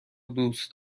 دوست